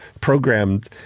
programmed